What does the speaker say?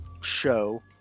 show